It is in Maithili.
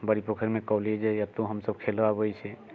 बड़ी पोखैरमे कॉलेज अइ एतौ हमसब खेलै आबै छी